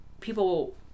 people